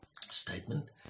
Statement